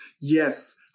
Yes